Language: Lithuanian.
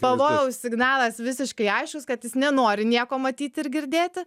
pavojaus signalas visiškai aiškus kad jis nenori nieko matyti ir girdėti